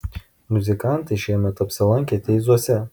muzikantai šiemet apsilankė teizuose